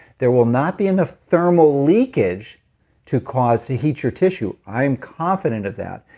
there will not be enough thermal leakage to cause to heat your tissue. i'm confident of that,